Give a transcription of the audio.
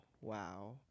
Wow